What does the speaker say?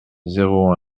zéro